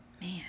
Man